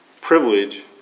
privilege